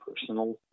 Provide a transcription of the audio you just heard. personal